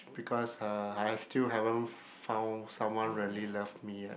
because uh I still haven't found someone really love me yet